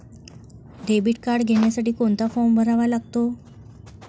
Debit card घेण्यासाठी कोणता form भरावा लागतो?